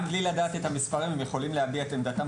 גם בלי לדעת את המספרים הם יכולים להביע את עמדתם